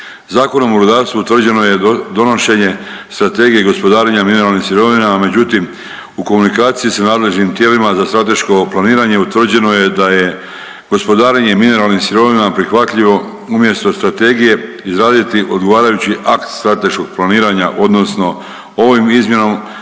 Zakonom o rudarstvu utvrđeno je donošenje Strategije gospodarenja mineralnim sirovinama, međutim u komunikaciji sa nadležnim tijelima za strateško planiranje utvrđeno je da je gospodarenje mineralnim sirovinama prihvatljivo umjesto strategije izraditi odgovarajući akt strateškog planiranja odnosno ovim izmjenama